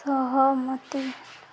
ସହମତ